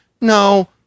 no